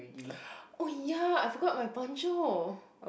oh ya I forgot my poncho